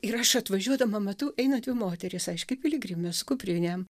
ir aš atvažiuodama matau eina dvi moterys aiškiai piligriminės su kuprinėm